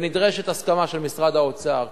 נדרשת הסכמה של משרד האוצר.